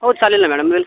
हो चालेल ना मॅडम वेलक